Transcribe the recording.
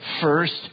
first